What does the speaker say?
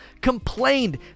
complained